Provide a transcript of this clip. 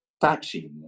touching